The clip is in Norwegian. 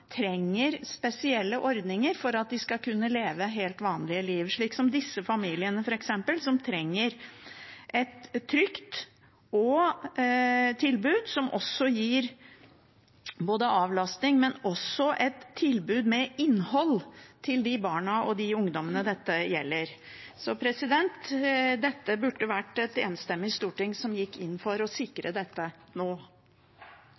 disse familiene som trenger et trygt tilbud som gir avlastning, men også et tilbud med innhold til de barna og de ungdommene dette gjelder. Det burde vært et enstemmig storting som gikk inn for å